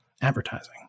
advertising